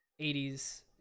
80s